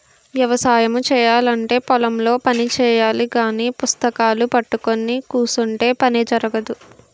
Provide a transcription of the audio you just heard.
వ్యవసాయము చేయాలంటే పొలం లో పని చెయ్యాలగాని పుస్తకాలూ పట్టుకొని కుసుంటే పని జరగదు